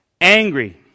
Angry